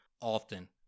often